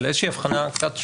על איזושהי אבחנה קצת שרירותית,